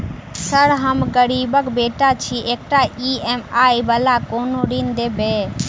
Sir हम गरीबक बेटा छी एकटा ई.एम.आई वला कोनो ऋण देबै?